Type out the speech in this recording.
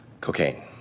cocaine